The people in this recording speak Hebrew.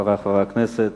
חברי חברי הכנסת,